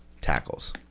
tackles